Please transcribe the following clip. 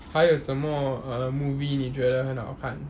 还有什么 err movie 你觉得很好看